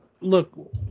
look